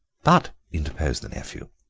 but, interposed the nephew,